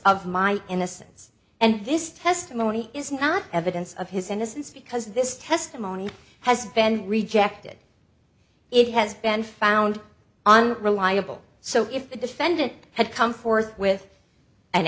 of my innocence and this testimony is not evidence of his innocence because this testimony has been rejected it has been found on reliable so if the defendant had come forth with an